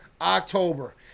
October